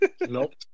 Nope